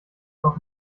doch